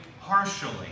partially